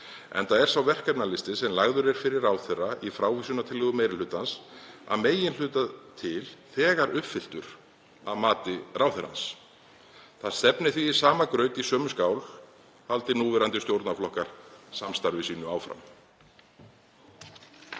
enda er sá verkefnalisti sem lagður er fyrir ráðherra í frávísunartillögu meiri hlutans að meginhluta til þegar uppfylltur, að mati ráðherrans. Það stefnir því í sama graut í sömu skál, haldi núverandi stjórnarflokkar samstarfi sínu áfram.